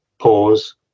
pause